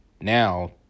now